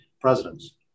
presidents